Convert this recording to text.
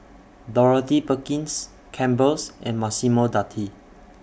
Dorothy Perkins Campbell's and Massimo Dutti